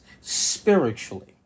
spiritually